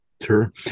Sure